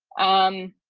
um,